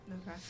Okay